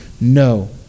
no